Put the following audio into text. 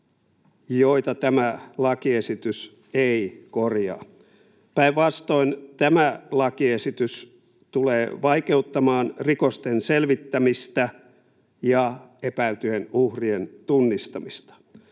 joita tämä lakiesitys ei korjaa. Päinvastoin tämä lakiesitys tulee vaikeuttamaan rikosten selvittämistä ja epäiltyjen uhrien tunnistamista.